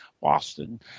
Boston